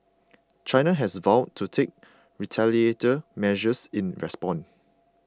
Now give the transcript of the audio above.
China has vowed to take retaliatory measures in response